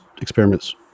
experiments